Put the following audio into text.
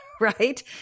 Right